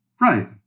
Right